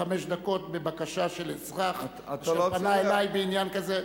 דקות בבקשה של אזרח שפנה אלי בעניין כזה?